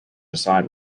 aside